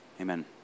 Amen